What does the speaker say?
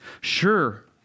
Sure